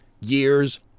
years